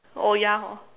oh ya hor